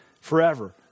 forever